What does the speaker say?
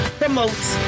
promotes